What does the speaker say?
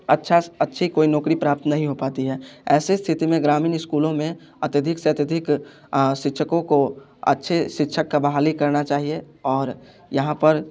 अच्छा अच्छी कोई नौकरी प्राप्त नहीं हो पाती है ऐसी स्थिति में ग्रामीण स्कूलों में अत्यधिक से अत्यधिक शिक्षकों को अच्छे शिक्षक का बहाली करना चाहिए और यहाँ पर